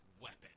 weapon